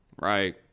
Right